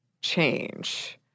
change